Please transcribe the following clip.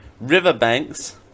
riverbanks